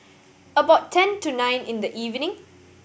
about ten to nine in the evening